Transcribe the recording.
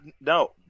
no